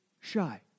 shy